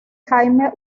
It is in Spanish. jaime